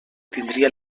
tindria